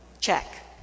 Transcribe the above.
Check